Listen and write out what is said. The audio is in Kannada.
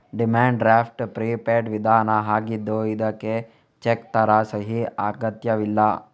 ಡಿಮ್ಯಾಂಡ್ ಡ್ರಾಫ್ಟ್ ಪ್ರಿಪೇಯ್ಡ್ ವಿಧಾನ ಆಗಿದ್ದು ಇದ್ಕೆ ಚೆಕ್ ತರ ಸಹಿ ಅಗತ್ಯವಿಲ್ಲ